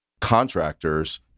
contractors